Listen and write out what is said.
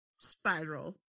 spiral